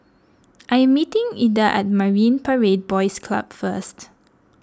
I am meeting Ilda at Marine Parade Boys Club first